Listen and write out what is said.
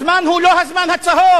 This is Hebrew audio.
הזמן הוא לא "הזמן הצהוב",